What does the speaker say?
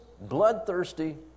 bloodthirsty